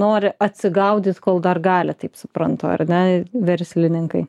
nori atsigaudyt kol dar gali taip suprantu ar ne verslininkai